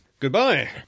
Goodbye